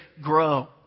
grow